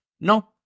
No